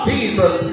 Jesus